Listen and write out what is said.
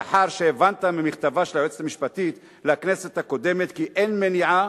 לאחר שהבנת ממכתבה של היועצת המשפטית לכנסת הקודמת כי אין מניעה